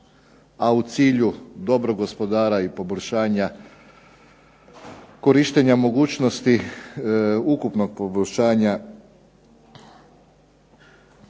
a u cilju dobrog gospodara i poboljšanja korištenja mogućnosti ukupnog poboljšanja